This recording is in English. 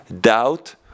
doubt